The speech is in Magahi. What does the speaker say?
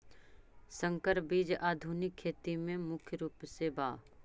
संकर बीज आधुनिक खेती में मुख्य रूप से बा